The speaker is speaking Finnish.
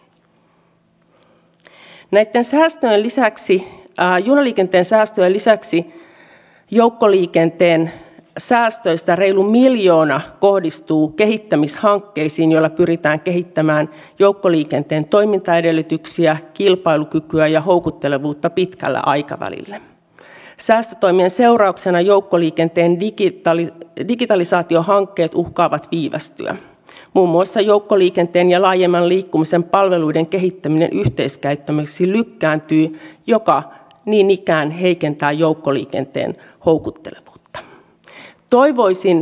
minulla itselläni ei ole pitkää poliittista uraa taustalla koska olen vasta toisen kauden kansanedustaja joten en pysty vertaamaan tämän hetken tilannetta muuten kuin viime kauteen mutta minulla on yli kymmenen vuoden kokemus työyhteisökouluttajan ja työyhteisövalmentajan työstä ja keskeisiä asioita joiden parissa työskentelin näitä työvuosina olivat oppiva vuorovaikutus sopimuskulttuuri ja luottamuspääoma